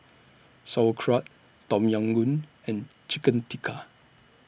Sauerkraut Tom Yam Goong and Chicken Tikka